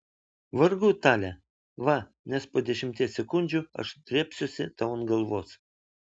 vargu tale va nes po dešimties sekundžių aš drėbsiuosi tau ant galvos